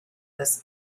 this